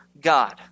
God